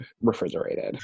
refrigerated